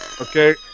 Okay